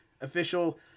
official